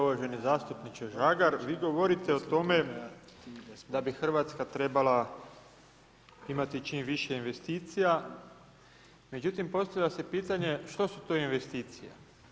Uvaženi zastupniče Žagar, vi govorite o tome da bi Hrvatska trebala imati čim više investicija, međutim, postavlja se pitanje što su to investicije?